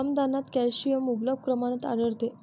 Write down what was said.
रमदानात कॅल्शियम मुबलक प्रमाणात आढळते